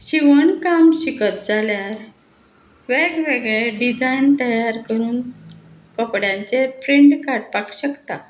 शिंवण काम शिकत जाल्यार वेगवेगळे डिझायन तयार करून कपड्यांचेर प्रिंट काडपाक शकता